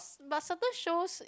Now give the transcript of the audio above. but sometimes shows